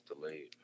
delayed